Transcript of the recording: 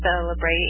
celebrate